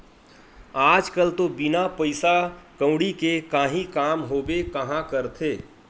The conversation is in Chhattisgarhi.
आज कल तो बिना पइसा कउड़ी के काहीं काम होबे काँहा करथे